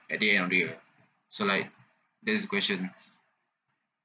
at the end of the year so like this question